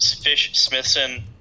Fish-Smithson